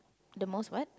the most what